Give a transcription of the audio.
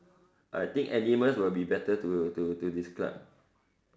I think animals will be better to to to describe